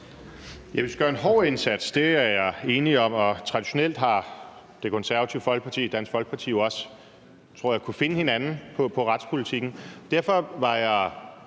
vi skal gøre en hård indsats. Det er jeg enig i, og traditionelt har Det Konservative Folkeparti og Dansk Folkeparti jo også, tror jeg, kunnet finde hinanden i retspolitikken.